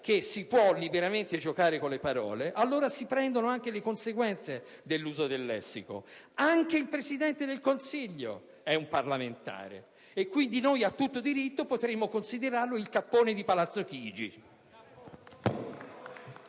che si può liberamente giocare con le parole, allora si prendono anche le conseguenze dell'uso del lessico. Anche il Presidente del Consiglio è un parlamentare e quindi noi, a tutto diritto, potremmo considerarlo il cappone di Palazzo Chigi.